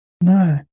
No